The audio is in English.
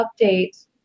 update